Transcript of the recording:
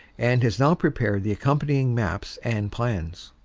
and has now prepared the accompanying maps and plans.